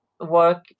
work